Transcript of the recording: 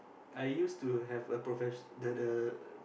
I used to have a professio~ the the